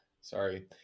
sorry